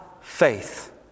faith